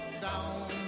down